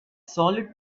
solid